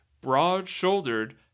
broad-shouldered